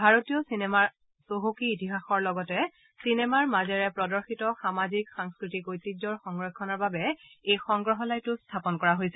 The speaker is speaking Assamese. ভাৰতীয় চিনেমাৰ চহকী ইতিহাসৰ লগতে চিনেমাৰ মাজেৰে প্ৰদৰ্শিত সামাজিক সাংস্কৃতিক ঐতিহ্যৰ সংৰক্ষণৰ বাবে এই সংগ্ৰাহালয়টো স্থাপন কৰা হৈছে